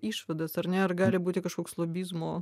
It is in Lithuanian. išvadas ar ne ar gali būti kažkoks lobizmo